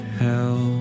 hell